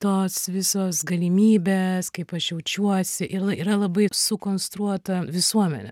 tos visos galimybės kaip aš jaučiuosi ir yra labai sukonstruota visuomenė